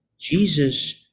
jesus